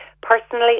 Personally